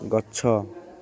ଗଛ